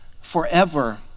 forever